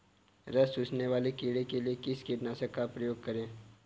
रस चूसने वाले कीड़े के लिए किस कीटनाशक का प्रयोग करें?